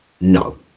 No